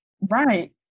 right